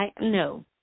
no